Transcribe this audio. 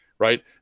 Right